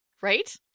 Right